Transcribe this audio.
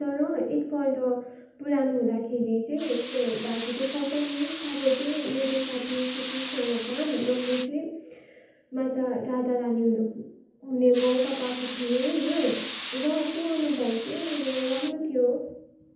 तर एकपल्ट पुरान हुँदाखेरि चाहिँ यसो झाँकी देखाउँछ नि तब चाहिँ मेरो साथी श्रीकृष्ण भगवान् र म चाहिँ माता राधा रानी हुनु हुने मौका पाएको थिएँ होइन र त्यो अनुभव चाहिँ मेरो राम्रो थियो